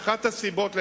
ואחת הסיבות לכך,